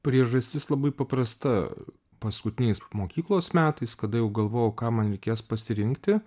priežastis labai paprasta paskutiniais mokyklos metais kada jau galvojau ką man reikės pasirinkti